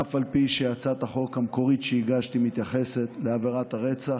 אף על פי שהצעת החוק המקורית שהגשתי מתייחסת לעבירת הרצח,